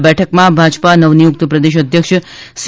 આ બેઠકમાં ભાજપા નવનિયુક્ત પ્રદેશ અધ્યક્ષ સી